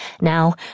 Now